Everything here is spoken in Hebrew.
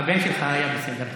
הבן שלך היה בסדר אתמול.